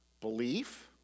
belief